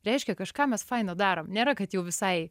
reiškia kažką mes faino darom nėra kad jau visai